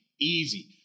easy